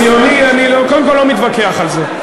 ציוני, אני, קודם כול, לא מתווכח על זה.